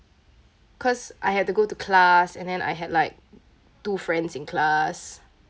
cause I had to go to class and then I had like two friends in class